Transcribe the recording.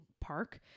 park